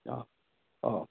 ꯑꯣ ꯑꯣ